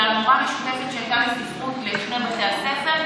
בגלל מורה משותפת לספרות שהייתה לשני בתי הספר.